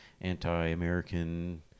anti-American